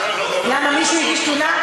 למה, מישהו הגיש תלונה?